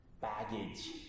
Baggage